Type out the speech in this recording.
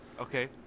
Okay